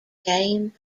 game